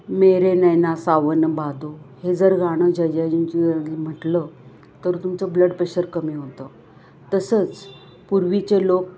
मेरे नयना सावन भादो हे जर गाणं जयजयवंतीचं म्हटलं तर तुमचं ब्लड प्रेशर कमी होतं तसंच पूर्वीचे लोक